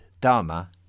Dharma